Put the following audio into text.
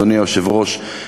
אדוני היושב-ראש,